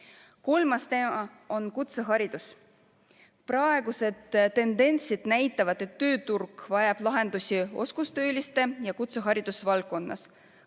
teema on kutseharidus. Praegused tendentsid näitavad, et tööturg vajab lahendusi oskustööliste puhul ja kutseharidusvaldkonnas.